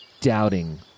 doubting